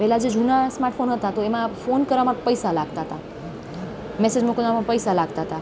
પહેલાં જે જૂના સ્માર્ટફોન હતા તો એમાં ફોન કરવામાં પૈસા લાગતા હતા મેસેજ મોકલવામાં પણ પૈસા લાગતા હતા